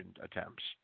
attempts